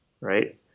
right